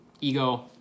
ego